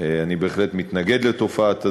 אני בהחלט מתנגד לתופעת הזנות,